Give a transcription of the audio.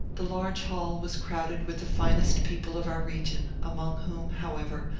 the large hall was crowded with the finest people of our region, among whom, however,